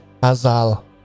Azal